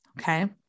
Okay